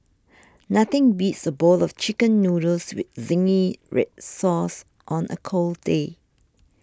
nothing beats a bowl of Chicken Noodles with Zingy Red Sauce on a cold day